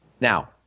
Now